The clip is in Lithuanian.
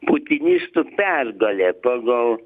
putinistų pergalė pagal